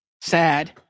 Sad